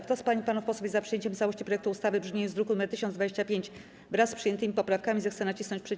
Kto z pań i panów posłów jest za przyjęciem w całości projektu ustawy w brzmieniu z druku nr 1025, wraz z przyjętymi poprawkami, zechce nacisnąć przycisk.